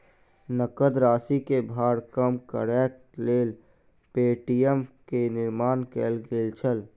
नकद राशि के भार कम करैक लेल पे.टी.एम के निर्माण कयल गेल छल